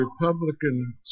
Republican